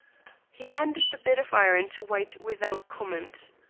he handed the bit of iron to white without comment.